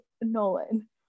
Nolan